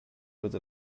bitte